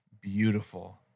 beautiful